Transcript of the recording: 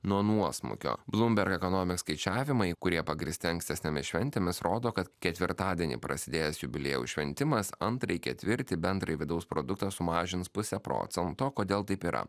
nuo nuosmukio bloomberg ekonominiai skaičiavimai kurie pagrįsti ankstesnėmis šventėmis rodo kad ketvirtadienį prasidėjęs jubiliejaus šventimas antrąjį ketvirtį bendrąjį vidaus produktą sumažins puse procento kodėl taip yra